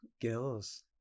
Gills